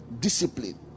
discipline